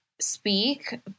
speak